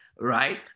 Right